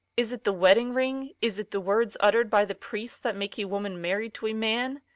is it the wedding-ring, is it the words uttered by the priest, that make a woman married to a man?